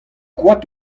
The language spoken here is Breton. koad